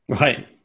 Right